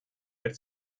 ერთ